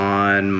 on